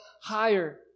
higher